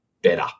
better